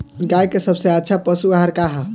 गाय के सबसे अच्छा पशु आहार का ह?